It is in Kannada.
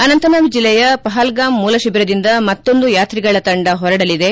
ಅನಂತ್ನಾಗ್ ಜಿಲ್ಲೆಯ ಪಹಲ್ಗಾಮ್ ಮೂಲ ಶಿಬಿರದಿಂದ ಮತ್ತೊಂದು ಯಾತ್ರಿಗಳ ತಂಡ ಹೊರಡಲಿದೆ